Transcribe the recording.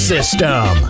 System